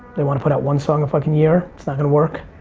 they wanna put out one song a fuckin' year, it's not gonna work.